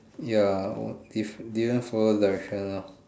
ya if didn't didn't follow direction lor